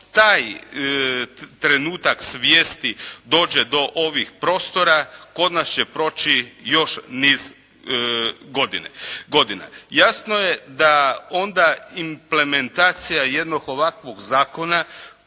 taj trenutak svijesti dođe do ovih prostora, kod nas će proći još niz godina. Jasno je da onda implementacija jednog ovakvog zakona